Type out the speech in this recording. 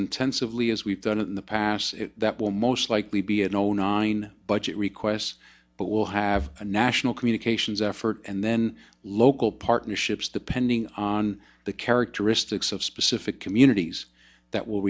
intensively as we've done in the past that will most likely be a no nine budget requests but will have a national communications effort and then local partnerships depending on the characteristics of specific communities that will